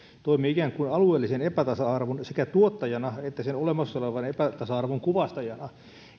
toimii ikään kuin sekä alueellisen epätasa arvon tuottajana että sen olemassa olevan epätasa arvon kuvastajana